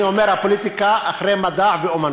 אני אומר: הפוליטיקה אחרי מדע ואמנות,